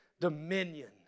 dominion